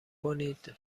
کنید